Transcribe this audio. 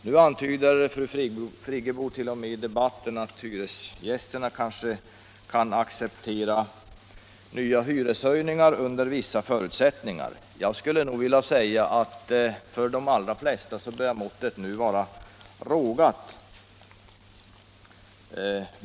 Nu antyder fru Friggebo t.o.m. i debatten att hyresgästerna kanske kan acceptera nya hyreshöjningar under vissa förutsättningar. Jag skulle nog vilja säga att för de allra flesta börjar måttet vara rågat.